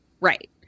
right